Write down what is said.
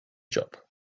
job